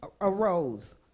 arose